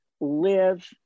live